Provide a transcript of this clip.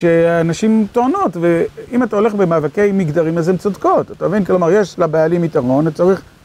שאנשים טוענות, ואם אתה הולך במאבקי מגדרים אז הן צודקות, אתה מבין? כלומר, יש לבעלים יתרון, צריך...